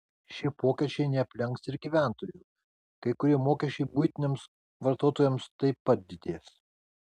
šie pokyčiai neaplenks ir gyventojų kai kurie mokesčiai buitiniams vartotojams taip pat didės